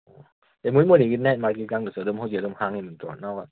ꯑꯣ ꯃꯣꯏ ꯃꯣꯔꯦꯒꯤ ꯅꯥꯏꯠ ꯃꯥꯔꯀꯦꯇꯤꯡ ꯀꯥꯗꯨꯁꯨ ꯑꯗꯨꯝ ꯍꯧꯖꯤꯛ ꯑꯗꯨꯝ ꯍꯥꯡꯂꯤꯕ ꯅꯠꯇ꯭ꯔꯣ ꯅꯍꯥꯟꯋꯥꯏ